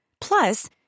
Plus